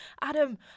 Adam